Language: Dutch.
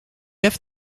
jeff